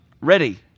Ready